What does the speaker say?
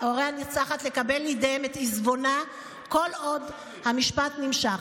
הנרצחת לקבל לידיהם את עיזבונה כל עוד המשפט נמשך.